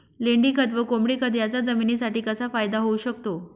लेंडीखत व कोंबडीखत याचा जमिनीसाठी कसा फायदा होऊ शकतो?